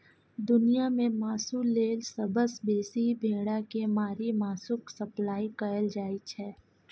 दुनियाँ मे मासु लेल सबसँ बेसी भेड़ा केँ मारि मासुक सप्लाई कएल जाइ छै